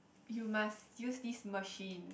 you must use this machine